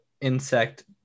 insect